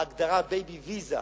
ההגדרה "בייבי ויזה",